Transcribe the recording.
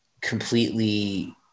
completely